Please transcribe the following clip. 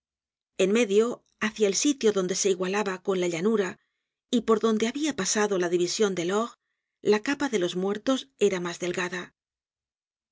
en medio hácia el sitio donde se igualaba con la llanura y por donde habia pasado la division delord la capa de los muertos era mas delgada